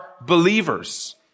believers